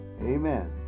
Amen